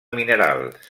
minerals